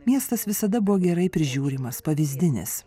miestas visada buvo gerai prižiūrimas pavyzdinis